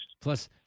Plus